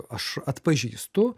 aš atpažįstu